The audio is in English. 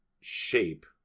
shape